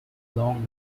long